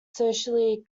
socially